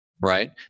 right